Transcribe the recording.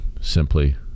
simply